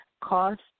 cost